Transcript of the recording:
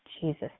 Jesus